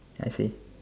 I see